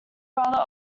brother